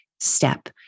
step